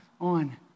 on